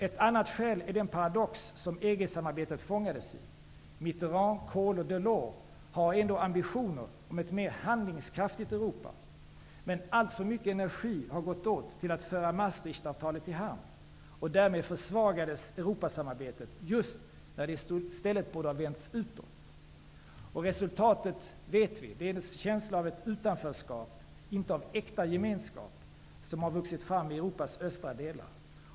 Ett annat skäl är den paradox som EG-samarbetet fångades i. Mitterrand, Kohl och Delors har ändå ambitioner om ett mer handlingskraftigt Europa, men alltför mycket energi har gått åt till att föra Europasamarbetet just när det i stället borde ha vänts utåt. Resultatet vet vi. Det är en känsla av utanförskap, inte av äkta gemenskap, som har vuxit fram i Europas östra delar.